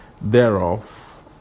thereof